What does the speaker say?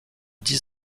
dix